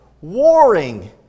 warring